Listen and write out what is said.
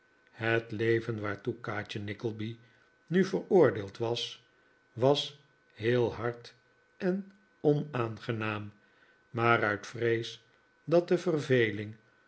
het leven waartoe kaatje nickleby nu veroordeeld was was heel hard en onaangenaam maar uit vrees dat de verveling